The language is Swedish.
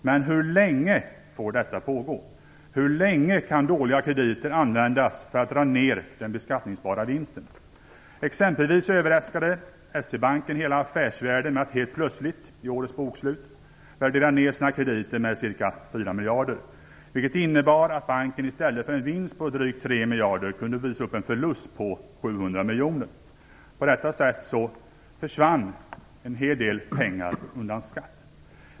Men hur länge får detta pågå? Hur länge kan dåliga krediter användas för att dra ned den beskattningsbara vinsten? Exempelvis överraskade SE-Banken hela affärsvärlden med att helt plötsligt i årets bokslut värdera ned sina krediter med ca 4 miljarder, vilket innebar att banken i stället för en vinst på drygt 3 miljarder kunde visa upp en förlust på 700 miljoner. På detta sätt försvann en hel del pengar undan skatt.